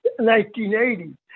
1980